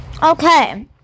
Okay